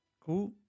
Cool